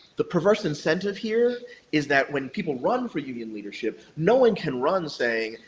the perverse incentive here is that when people run for union leadership, no one can run saying,